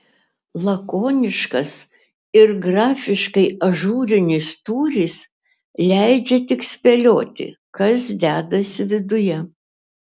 lakoniškas ir grafiškai ažūrinis tūris leidžia tik spėlioti kas dedasi viduje